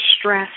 stress